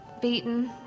beaten